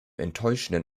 enttäuschenden